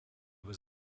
was